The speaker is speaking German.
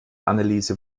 anneliese